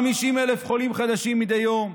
50,000 חולים חדשים מדי יום,